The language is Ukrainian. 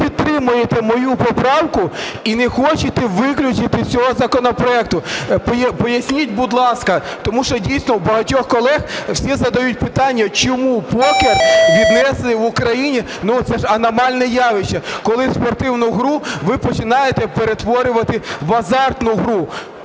ви не підтримуєте мою поправку і не хочете виключити з цього законопроекту? Поясніть, будь ласка, тому що дійсно у багатьох колег, всі задають питання, чому покер віднесений в Україні…? Це ж аномальне явище, коли спортивну гру ви починаєте перетворювати в азартну гру.